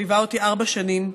שליווה אותי ארבע שנים,